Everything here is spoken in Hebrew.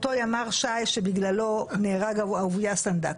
אותו ימ"ר ש"י שבגללו נהרג אהוביה סנדק,